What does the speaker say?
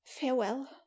Farewell